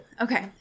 Okay